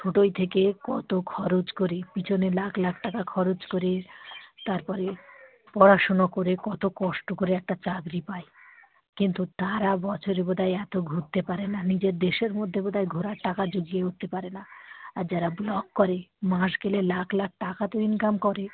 ছোটয় থেকে কত খরচ করে পিছনে লাখ লাখ টাকা খরচ করে তার পরে পড়াশুনো করে কত কষ্ট করে একটা চাকরি পায় কিন্তু তারা বছরে বোধ হয় এত ঘুরতে পারে না নিজের দেশের মধ্যে বোধ হয় ঘোরার টাকা জুগিয়ে উঠতে পারে না আর যারা ব্লগ করে মাস গেলে লাখ লাখ টাকা তো ইনকাম করে